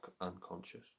unconscious